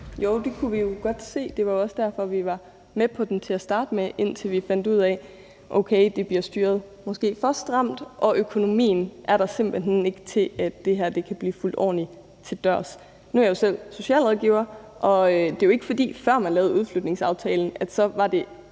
Jo, det kunne vi jo godt se. Det var også derfor, vi var med på den til at starte med, indtil vi fandt ud af, at okay, det bliver måske styret for stramt og økonomien er der simpelt hen ikke, til at det kan blive fulgt ordentligt til dørs. Nu er jeg selv socialrådgiver, og det er jo ikke, fordi det var sådan, at før man lavede udflytningsaftalen, kom der